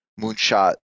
moonshot